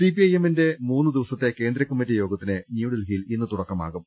CPIM ന്റെ മൂന്ന് ദിവസത്തെ കേന്ദ്രകമ്മറ്റി യോഗത്തിന് ന്യൂഡൽഹിയിൽ ഇന്ന് തൂടക്കമാകും